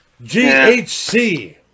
GHC